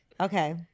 Okay